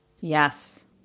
Yes